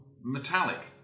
metallic